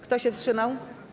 Kto się wstrzymał?